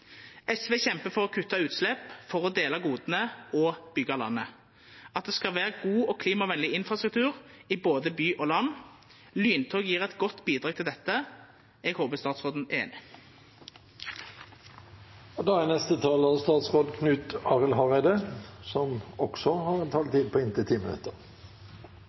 SV kjempar for å kutta utslepp, for å dela goda og for å byggja landet – at det skal vera god og klimavennleg infrastruktur i både by og land. Lyntog gjev eit godt bidrag til dette. Eg håpar statsråden